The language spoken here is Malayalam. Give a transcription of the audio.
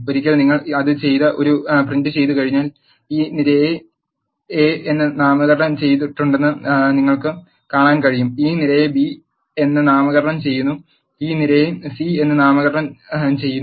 ഒരിക്കൽ നിങ്ങൾ അത് ചെയ് ത് ഒരു പ്രിന്റുചെയ് തുകഴിഞ്ഞാൽ ഈ നിരയെ എ എന്ന് നാമകരണം ചെയ് തിട്ടുണ്ടെന്ന് നിങ്ങൾക്ക് കാണാൻ കഴിയും ഈ നിരയെ ബി എന്ന് നാമകരണം ചെയ്യുന്നു ഈ നിരയെ സി എന്ന് നാമകരണം ചെയ്യുന്നു